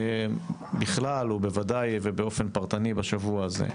בכלל, ובוודאי ובאופן פרטני בשבוע הזה.